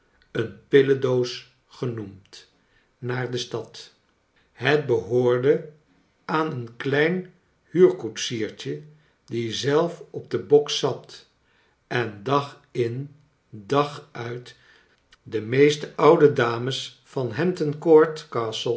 een pillendoos genoemd naar de stad het behoorde aan een klein huurkoetsiertje die zelf op den bok zat en dag in dag uit de meeste oude dames van hampton